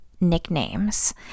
nicknames